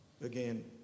again